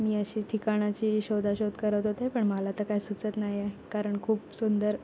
मी अशी ठिकाणाची शोधाशोध करत होते पण मला तर काय सुचत नाही आहे कारण खूप सुंदर